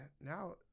now